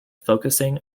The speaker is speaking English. focusing